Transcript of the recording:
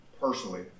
personally